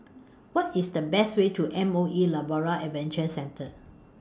What IS The fastest Way to M O E Labrador Adventure Centre